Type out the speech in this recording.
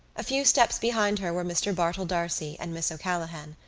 a few steps behind her were mr. bartell d'arcy and miss o'callaghan.